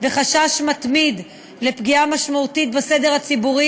וחשש מתמיד לפגיעה משמעותית בסדר הציבורי,